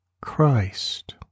Christ